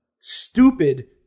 Stupid